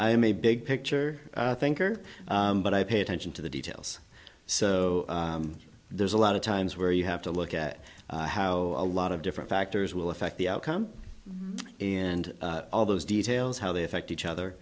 i'm a big picture i think are but i pay attention to the details so there's a lot of times where you have to look at how a lot of different factors will affect the outcome and all those details how they affect each other